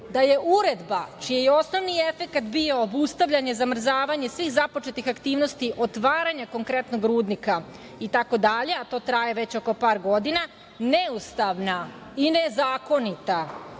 da je Uredba čiji osnovni efekat bio ustavljanje, zamrzavanje, svih započetih aktivnosti otvaranja konkretnog rudnika itd, a to traje već oko par godina, neustavna, i nezakonita,